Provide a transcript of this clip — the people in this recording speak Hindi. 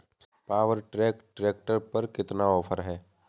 पावर ट्रैक ट्रैक्टर पर कितना ऑफर है?